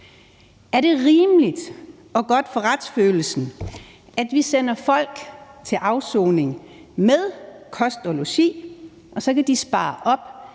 Er det rimeligt og godt for retsfølelsen, at vi sender folk til afsoning med kost og logi, og så kan de spare op